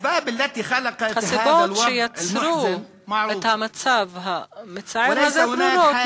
הסיבות שיצרו את המצב המצער הזה ברורות,